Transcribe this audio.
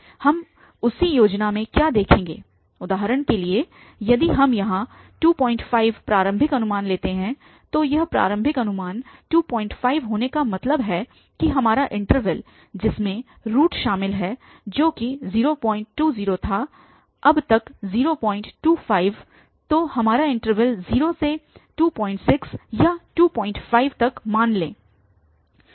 हम उसी योजना में क्या देखेंगे उदाहरण के लिए यदि हम यहाँ 25 प्रारंभिक अनुमान लेते हैं तो यह प्रारंभिक अनुमान 25 होने का मतलब है कि हमारा इन्टरवल जिसमें रूट शामिल है जो कि 020 था अब तक 025 तो हमारा इन्टरवल 0 से 26 या 25 तक मान लें